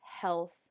health